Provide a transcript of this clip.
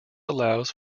allows